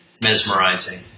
mesmerizing